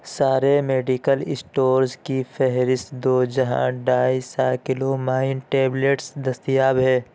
سارے medical stores کی فہرست دو جہاں ڈائیسائکلومائن ٹیبلٹس دستیاب ہے